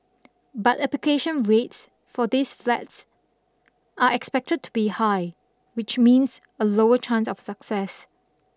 but application rates for these flats are expected to be high which means a lower chance of success